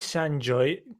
ŝanĝoj